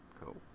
cool